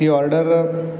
ती ऑर्डर